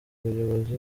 bayobozi